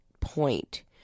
point